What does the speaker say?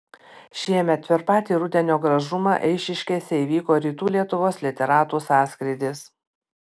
šiemet per patį rudenio gražumą eišiškėse įvyko rytų lietuvos literatų sąskrydis